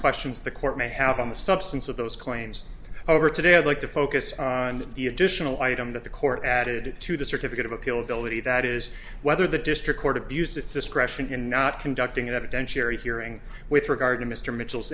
questions the court may have on the substance of those claims over today i'd like to focus on the additional item that the court added to the certificate of appeal ability that is whether the district court abused its discretion in not conducting an evidentiary hearing with regard to mr mi